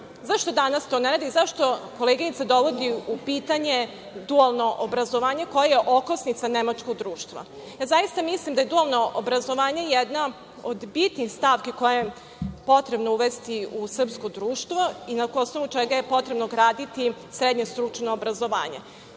zašto danas to ne radi i zašto koleginica dovodi u pitanje dualno obrazovanje, koje je okosnica nemačkog društva? Mislim da je dualno obrazovanje jedna od bitnih stavki koju je potrebno uvesti u srpsko društvo i na osnovu čega je potrebno graditi srednje stručno obrazovanje.